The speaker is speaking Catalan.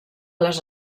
les